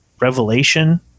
revelation